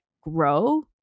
grow